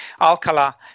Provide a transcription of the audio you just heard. Alcala